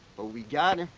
but we got